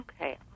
Okay